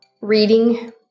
Reading